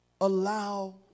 allow